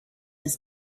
his